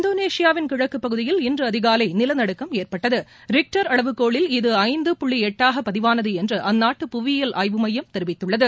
இந்தோனேஷியாவின் கிழக்குப் பகுதியில் இன்று அதிகாலை நிலநடுக்கம் ஏற்பட்டது ரிக்டர் அளவுகோலில் இது ஐந்து புள்ளி எட்டாக பதிவானது என்று அந்நாட்டு புவியியல் ஆய்வு மையம் தெரிவித்துள்ளது